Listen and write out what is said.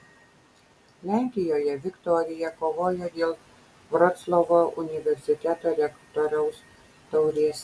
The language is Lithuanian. lenkijoje viktorija kovojo dėl vroclavo universiteto rektoriaus taurės